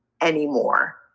anymore